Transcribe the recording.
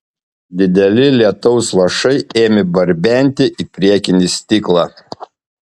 dideli lietaus lašai ėmė barbenti į priekinį stiklą